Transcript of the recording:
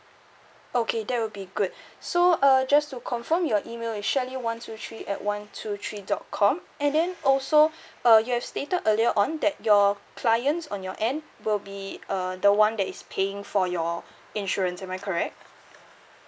okay that would be good so uh just to confirm your email is shirley one two three at one two three dot com and then also uh you have stated earlier on that your clients on your end will be uh the one that is paying for your insurance am I correct